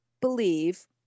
believe